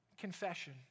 Confession